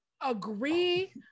agree